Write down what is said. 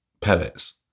pellets